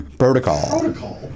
protocol